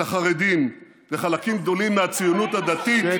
את החרדים וחלקים גדולים מהציונות הדתית,